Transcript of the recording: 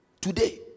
Today